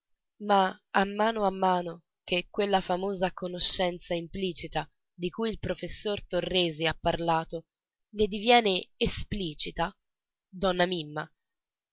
ma a mano a mano che quella famosa conoscenza implicita di cui il professor torresi ha parlato le diviene esplicita donna mimma